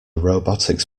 robotics